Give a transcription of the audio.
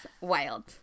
wild